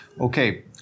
Okay